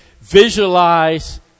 Visualize